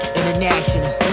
International